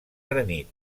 granit